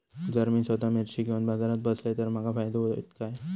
जर मी स्वतः मिर्ची घेवून बाजारात बसलय तर माका फायदो होयत काय?